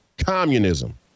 Communism